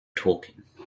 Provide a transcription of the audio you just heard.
talking